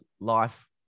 life